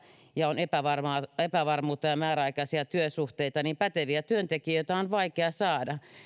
ja on epävarmuutta epävarmuutta ja määräaikaisia työsuhteita niin päteviä työntekijöitä on vaikea saada